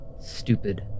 Stupid